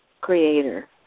creator